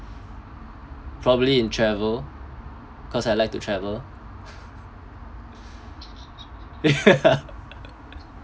probably in travel cause I like to travel